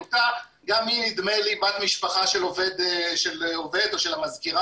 יקות ניתוחיות או דברים כאלה שלוקחים חיה בתואר ראשון בביולוגיה,